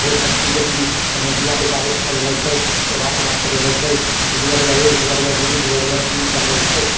बहुत सब चीज देखली ओहिमे डुबा डुबा एक सब रहै छै तोबा तोबा सब रहै छै ओ डुबा डुबा एक डुबा डुबा दू डुबा डुबा तीन सब रहै छै